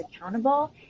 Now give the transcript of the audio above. accountable